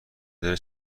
داره